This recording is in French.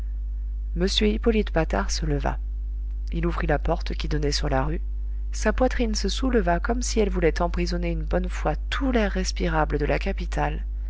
m hippolyte patard se leva il ouvrit la porte qui donnait sur la rue sa poitrine se souleva comme si elle voulait emprisonner une bonne fois tout l'air respirable de la capitale